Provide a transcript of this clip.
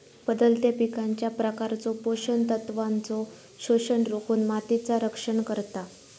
बदलत्या पिकांच्या प्रकारचो पोषण तत्वांचो शोषण रोखुन मातीचा रक्षण करता